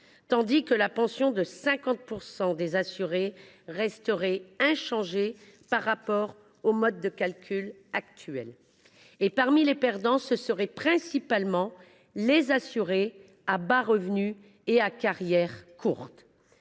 montant de la pension de 50 % des assurés resterait inchangé par rapport à celui qui résulte du mode de calcul actuel. Et, parmi les perdants, il y aurait principalement les assurés à bas revenus et à carrière courte.